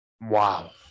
Wow